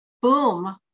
Boom